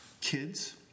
kids